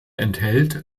enthält